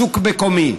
שוק מקומי,